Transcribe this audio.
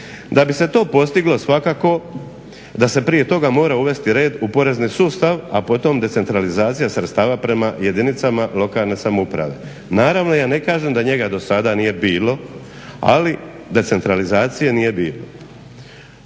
Da bi se to postiglo svakako da se prije toga mora uvesti red u porezni sustav, a potom decentralizacija sredstava prema jedinicama lokalne samouprave. Naravno, ja ne kažem da njega do sada nije bilo, ali decentralizacije nije bilo.